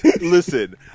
listen